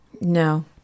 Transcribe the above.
No